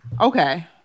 okay